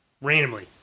randomly